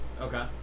Okay